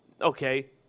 Okay